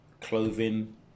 clothing